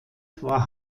war